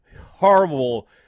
horrible